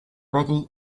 betty